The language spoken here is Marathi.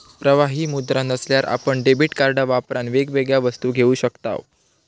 प्रवाही मुद्रा नसल्यार आपण डेबीट कार्ड वापरान वेगवेगळ्या वस्तू घेऊ शकताव